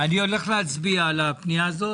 אצביע על הפנייה הזו.